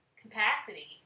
capacity